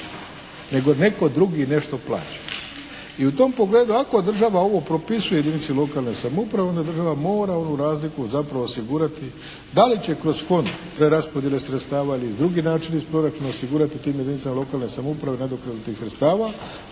nego netko drugi nešto plaća i u tom pogledu ako država ovo propisuje jedinici lokalne samouprave onda država mora onu razliku zapravo osigurati da li će kroz fond preraspodjele sredstava ili na drugi način iz proračuna osigurati tim jedinicama lokane samouprave nadoknadu tih sredstava